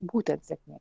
būtent sėkmė